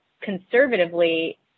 conservatively